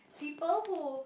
people who